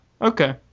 okay